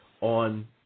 on